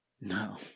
No